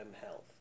health